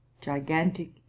gigantic